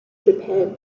japan